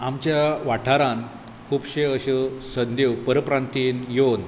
आमच्या वाठारान खूपश्यो अश्यो संद्यो परप्रांतीन येवन